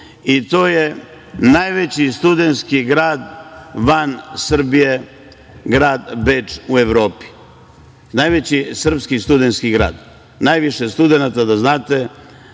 i to je najveći studentski grad van Srbije. Grad Beč u Evropi je najveći srpski studentski grad. Najviše studenata, da znate,